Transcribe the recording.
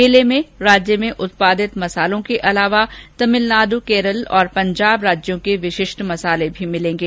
मेले में राज्य में उत्पादित मसालों के अलावा तमिलनाडु केरल और पंजाब राज्यों के विशिष्ट मसाले भी मिलेंगे